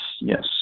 yes